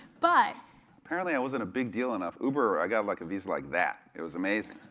but apparently i wasn't a big deal enough. uber, i got like a visa like that. it was amazing.